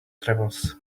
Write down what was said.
travels